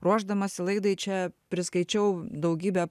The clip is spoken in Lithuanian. ruošdamasi laidai čia priskaičiau daugybę